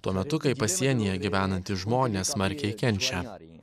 tuo metu kai pasienyje gyvenantys žmonės smarkiai kenčia